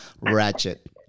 ratchet